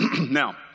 Now